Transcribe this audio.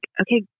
okay